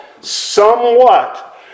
somewhat